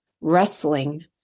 wrestling